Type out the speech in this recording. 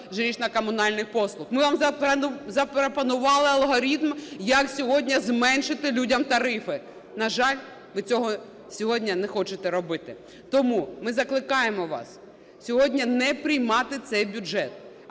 жилищно-коммунальных послуг, ми вам запропонували алгоритм як сьогодні зменшити людям тарифи. На жаль, ви цього сьогодні не хочете робити. Тому ми закликаємо вас сьогодні не приймати цей бюджет,